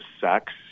sex